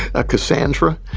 a cassandra?